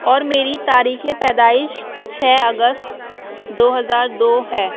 اور میری تاریخ پیدائش چھ اگس دو ہزار دو ہے